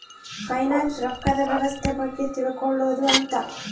finance ರೊಕ್ಕದ್ ವ್ಯವಸ್ತೆ ಬಗ್ಗೆ ತಿಳ್ಕೊಳೋದು ಅಂತ